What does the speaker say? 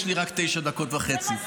יש לי רק תשע דקות וחצי,